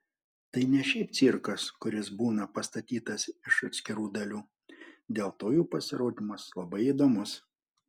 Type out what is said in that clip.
tai ne šiaip cirkas kuris būna pastatytas iš atskirų dalių dėl to jų pasirodymas labai įdomus